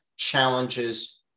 Challenges